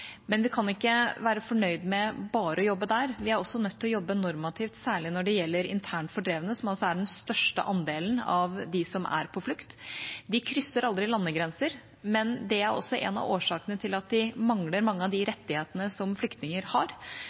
Men vi kan ikke være fornøyd med bare å jobbe der; vi er også nødt til å jobbe normativt, særlig når det gjelder internt fordrevne, som er den største andelen av dem som er på flukt. De krysser aldri landegrenser, men det er også en av årsakene til at de mangler mange av de rettighetene som flyktninger har.